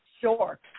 Sure